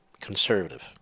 conservative